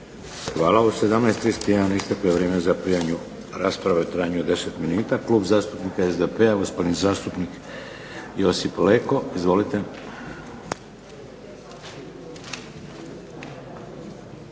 Hvala. U 17 i 31 isteklo je vrijeme za prijavu rasprave u trajanju od 10 minuta. Klub zastupnika SDP-a, gospodin zastupnik Josip Leko. Izvolite.